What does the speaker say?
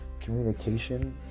Communication